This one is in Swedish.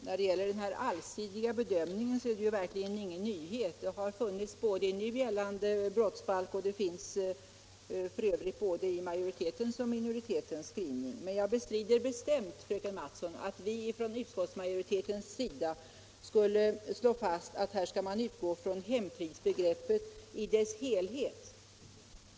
Herr talman! Den allsidiga bedömningen är verkligen ingen nyhet — den finns i nu gällande brottsbalk och i både majoritetens och mino ritetens skrivning. Men jag bestrider bestämt, fröken Mattson, att vi - Nr 43 inom utskottsmajoriteten skulle slå fast att man skall utgå från hem Torsdagen den fridsbegreppet i dess helhet.